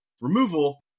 removal